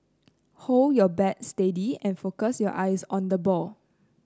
hold your bat steady and focus your eyes on the ball